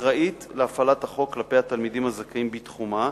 אחראית להפעלת החוק כלפי התלמידים הזכאים בתחומה,